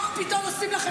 קפיטול עושים לכם פה.